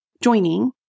joining